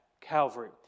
Calvary